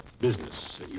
business